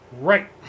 Right